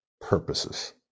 purposes